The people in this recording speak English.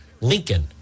Lincoln